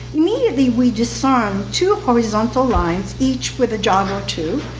immediately, we discern two horizontal lines, each with a jog or two,